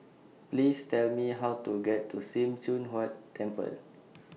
Please Tell Me How to get to SIM Choon Huat Temple